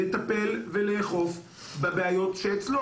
לטפל ולאכוף בבעיות שאצלו.